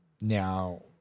Now